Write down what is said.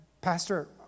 Pastor